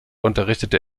unterrichtete